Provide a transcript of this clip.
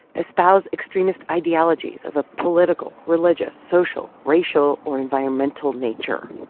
espouse extremist ideologies of a political, religious, social, racial or environmental nature.